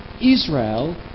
Israel